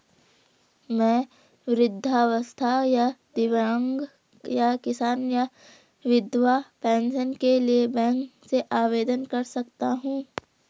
मैं वृद्धावस्था या दिव्यांग या किसान या विधवा पेंशन के लिए बैंक से आवेदन कर सकता हूँ?